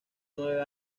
nueve